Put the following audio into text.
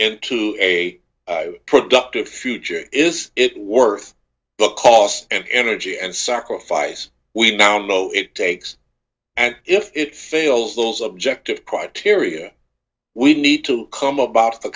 into a productive future is it worth the cost and energy and sacrifice we now know it takes and if it fails those objective criteria we need to come about